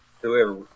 whoever